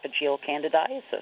candidiasis